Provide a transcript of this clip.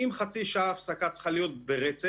אם חצי שעה הפסקה צריכה להיות ברצף,